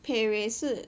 pay raise 是